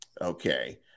Okay